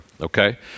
okay